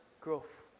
growth